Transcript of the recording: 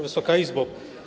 Wysoka Izbo!